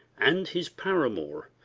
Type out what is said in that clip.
and his paramour,